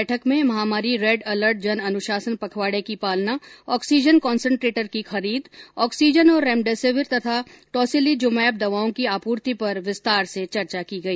बैठक में महामारी रेड अलर्ट जन अनुशासन पखवाडे की पालना ऑक्सीजन कॉन्सन्ट्रेटर की खरीद ऑक्सीजन और रेमडेसिविर तथा टोसिलीजुमैब दवाओं की आपूर्ति पर विस्तार से चर्चा की गई